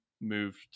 moved